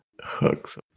hooks